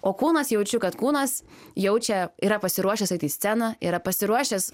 o kūnas jaučiu kad kūnas jaučia yra pasiruošęs eit į sceną yra pasiruošęs